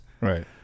Right